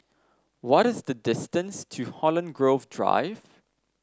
what is the distance to Holland Grove Drive